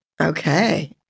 Okay